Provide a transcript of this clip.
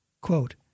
quote